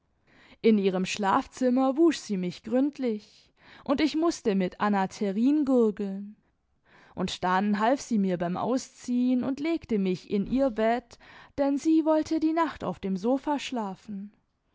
in ihrem schlafzimmer wusch sie mich gründlich und ich mußte mit anatherin gurgeln und daim half sie mir beim ausziehen und legte mich in ihr bett denn sie wollte die nacht auf dem sofa schlafen